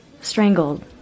strangled